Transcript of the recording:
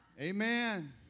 Amen